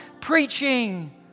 preaching